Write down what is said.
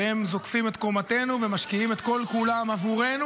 והם זוקפים את קומתנו ומשקיעים את כל-כולם עבורנו,